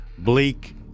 bleak